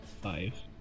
Five